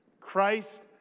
Christ